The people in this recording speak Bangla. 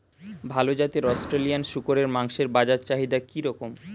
ভাল জাতের অস্ট্রেলিয়ান শূকরের মাংসের বাজার চাহিদা কি রকম?